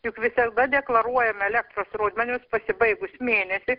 juk visada deklaruojam elektros rodmenius pasibaigus mėnesiui